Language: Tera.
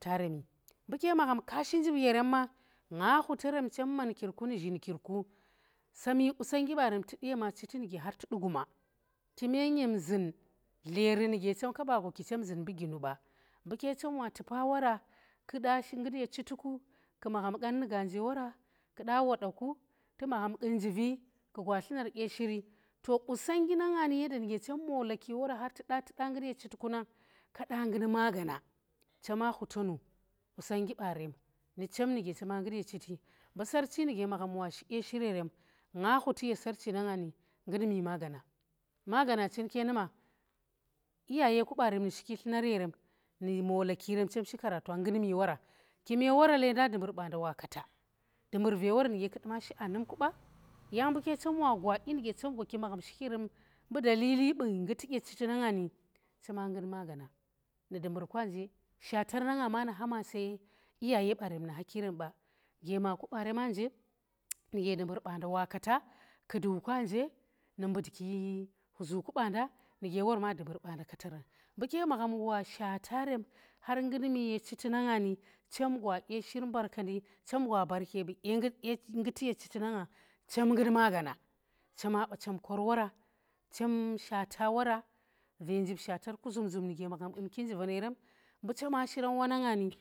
mbu ke magham kashi njiv yarem ma nga hutarem cham mankirku ndi ghinkirku sami qusangi ɓarem tu ɗi yama chiti ndike har tu ɗi guma kume ngem zin dleri ndike cham ka gwaki cham zi mbu ginu ɓa mbuke chem wa tupa wara kuɗa gud ye chiti ku ku magham ƙan ndi ganje wara ku ɗa waɗa ku tu magham ƙun njivi ku gwa ƙye shirku to qusangi nangandi yanda ndike chem mbolaki wara har tu ɗa tuɗa gut ya chiti kunang kaɗa gut ma gana chama hutonu qusangi barem ɗi chem ndike chama gud ya chitti mbu sarchi ndike magham washi ƙe shir yarem nga hutti ye sarchi nanga ndi gut mi ma gana. magana chinke numa. iyaye ku barem ndike shiki tlunnar yarem ndi mollaki rem chem shi karatuan ngutt mi wara kime war lendan dumbur ɓanda wa kata dumbur ve war ndike ku duma shi anum ku ɓa yang mbuke cham wa gwa kyi nduke cham vur ki magham shiki yarem mbu dalili ɓu gutti ya chitti ndanga ndi chama gutt ma gana ndi dumbur ku anje shatar nanga ma ndi hama se iyaye ɓaran ndi hakinda ɓa gemaku ɓarem anje ndike dumbur ɓanda wa kata ndi mutki ndi ghuzuku ɓanda ndike war ma dumbur ɓanda kataran mbu ke magham wa shwatarem har gut mi ya chitti nanga ni chem gwa ƙye shir mbar kandi cham gwa barke ndi gutti ye chitti nangan cham gutt ma gana chama ɓa cham gut wara chem shwata wara ve njiv shwatar ku zum zum ndike magham kunki njivan yarem mbu chama shiran wanangani.